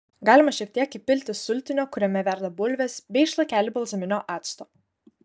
galima šiek tiek įpilti sultinio kuriame verda bulvės bei šlakelį balzaminio acto